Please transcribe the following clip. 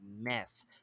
mess